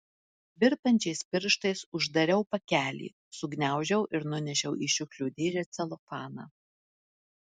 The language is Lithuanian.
virpančiais pirštais uždariau pakelį sugniaužiau ir nunešiau į šiukšlių dėžę celofaną